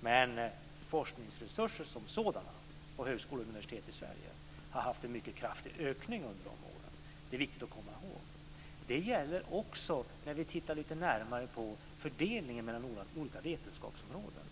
Men forskningsresurser som sådana på högskolor och universitet i Sverige har haft en mycket kraftig ökning genom åren. Det är viktigt att komma ihåg. Det gäller också när vi tittar lite närmare på fördelningen mellan olika vetenskapsområden.